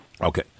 Okay